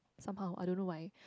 somehow I don't know why